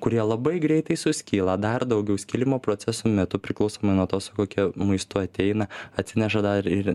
kurie labai greitai suskyla dar daugiau skilimo proceso metu priklausomai nuo to su kokiu maistu ateina atsineša dar ir